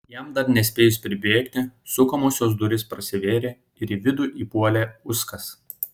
jam dar nespėjus pribėgti sukamosios durys prasivėrė ir į vidų įpuolė uskas